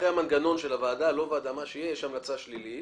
אחרי המנגנון של הוועדה יש המלצה שלילית,